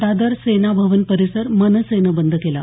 दादर सेना भवन परिसर मनसेनं बंद केला